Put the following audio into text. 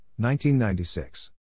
1996